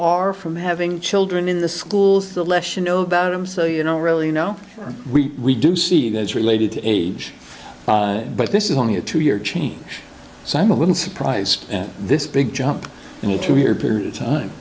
are from having children in the schools the less you know about them so you know really you know we do see that as related to age but this is only a two year change so i'm a little surprised at this big jump in the two year period of time